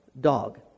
dog